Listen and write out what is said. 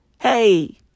hey